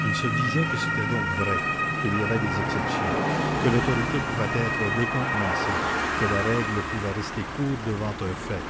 il se disait que c'était donc vrai qu'il y avait des exceptions que l'autorité pouvait être décontenancée que la règle pouvait rester court devant un fait